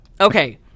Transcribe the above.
Okay